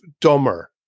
dumber